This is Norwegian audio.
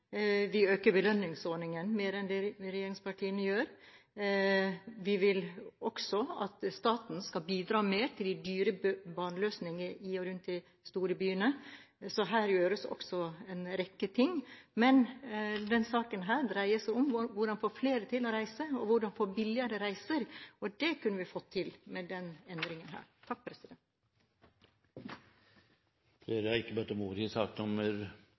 Vi øker belønningsordningen mer enn det regjeringspartiene gjør. Vi vil også at staten skal bidra mer til de dyre baneløsningene i og rundt de store byene, så her gjøres en rekke ting. Men denne saken dreier seg om hvordan man får flere til å reise, og hvordan man får billigere reiser. Det kunne vi fått til med denne endringen. Flere har ikke bedt om ordet i sak